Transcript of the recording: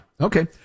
okay